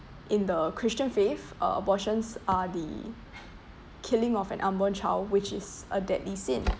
in the christian faith uh abortions are the killing of an unborn child which is a deadly sin